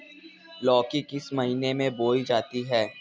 लौकी किस महीने में बोई जाती है?